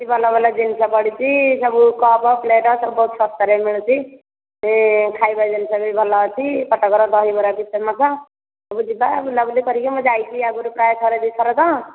ସେଇଠି ଭଲ ଭଲ ଜିନିଷ ପଡ଼ିଛି ସବୁ କପ୍ ପ୍ଳେଟ୍ ସବୁ ବହୁତ ଶସ୍ତାରେ ମିଳୁଛି ସେ ଖାଇବା ଜିନିଷ ବି ଭଲ ଅଛି କଟକର ଦହିବରା ବି ଫେମସ୍ ସବୁ ଯିବା ବୁଲାବୁଲି କରିକି ମୁଁ ଯାଇଛି ଆଗରୁ ପ୍ରାୟ ଥରେ ଦୁଇ ଥର ତ